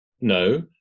No